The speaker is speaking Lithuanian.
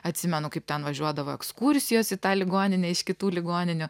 atsimenu kaip ten važiuodavo ekskursijos į tą ligoninę iš kitų ligoninių